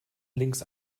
links